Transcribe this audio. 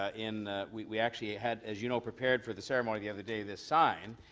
ah in we actually had as you know prepared for the ceremony the other day this sign.